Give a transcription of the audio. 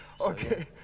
Okay